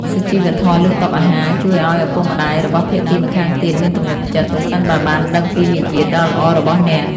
សុជីវធម៌លើតុអាហារជួយឱ្យឪពុកម្ដាយរបស់ភាគីម្ខាងទៀតមានទំនុកចិត្ត ប្រសិនបើបានដឹងពីមារយាទដ៏ល្អរបស់អ្នក។